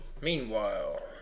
Meanwhile